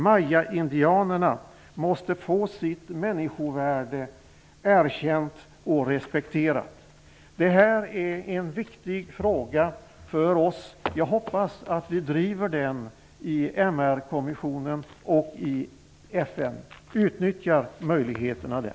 Mayaindianerna måste få sitt människovärde erkänt och respekterat. Det här är en viktig fråga för oss. Jag hoppas att vi driver den i MR-kommissionen och i FN. Utnyttja möjligheterna där!